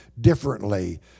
differently